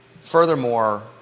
Furthermore